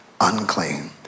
unclean